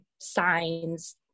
signs